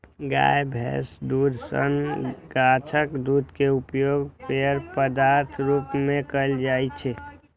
गाय, भैंसक दूधे सन गाछक दूध के उपयोग पेय पदार्थक रूप मे कैल जाइ छै